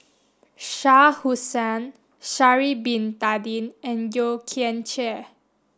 Shah Hussain Sha'ari Bin Tadin and Yeo Kian Chye